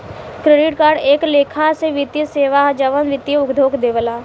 credit card एक लेखा से वित्तीय सेवा ह जवन वित्तीय उद्योग देवेला